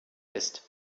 ist